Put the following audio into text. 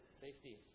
Safety